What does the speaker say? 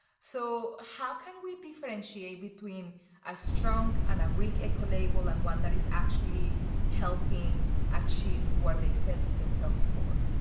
so how can we differentiate between a strong and a weak ecolabel and one that is actually helping achieve what they set themselves for.